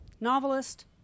novelist